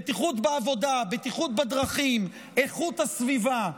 בטיחות בעבודה, בטיחות בדרכים, איכות הסביבה,